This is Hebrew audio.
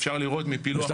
אפשר לראות שזה